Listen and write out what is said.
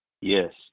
Yes